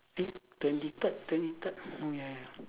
eh twenty third twenty third oh ya ya